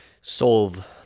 solve